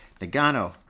Nagano